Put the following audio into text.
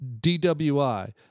DWI